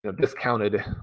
discounted